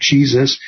Jesus